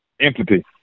entity